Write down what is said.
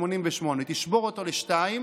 תשבור אותו ל-2,